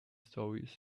stories